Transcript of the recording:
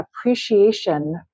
appreciation